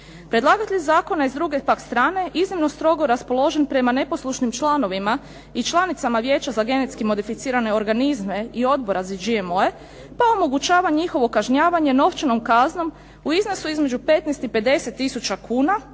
Predlagatelj zakona je s druge pak strane iznimno strogo raspoložen prema neposlušnim članovima i članicama Vijeća za genetski modificirane organizme i odbora za GMO-e pa omogućava njihovo kažnjavanje novčanom kaznom u iznosu između 15 i 50 tisuća kuna,